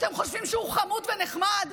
שאתם חושבים שהוא חמוד ונחמד,